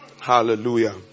Hallelujah